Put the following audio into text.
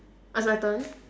it's my turn